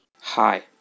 Hi